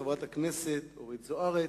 חברת הכנסת אורית זוארץ.